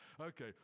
Okay